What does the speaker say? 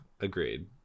agreed